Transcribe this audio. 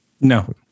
No